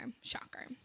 shocker